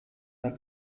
der